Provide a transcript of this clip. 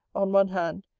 on one hand,